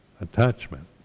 attachment